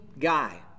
guy